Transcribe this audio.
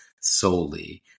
solely